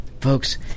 Folks